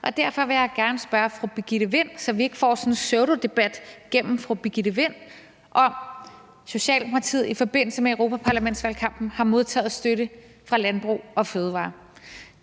Derfor vil jeg gerne spørge fru Birgitte Vind – så vi ikke får sådan en pseudodebat gennem fru Birgitte Vind – om Socialdemokratiet i forbindelse med europaparlamentsvalgkampen har modtaget støtte fra Landbrug & Fødevarer.